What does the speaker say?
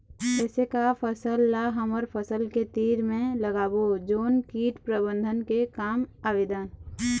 ऐसे का फसल ला हमर फसल के तीर मे लगाबो जोन कीट प्रबंधन के काम आवेदन?